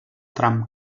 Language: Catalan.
tram